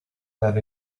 that